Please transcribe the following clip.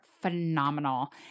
phenomenal